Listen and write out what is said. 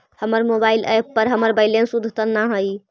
हमर mobile app पर हमर बैलेंस अद्यतन ना हई